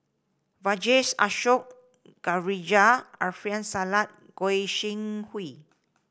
Vijesh Ashok Ghariwala Alfian Sa'at Goi Seng Hui